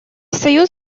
союз